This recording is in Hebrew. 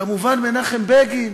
כמובן מנחם בגין,